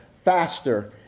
faster